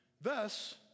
Thus